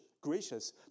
gracious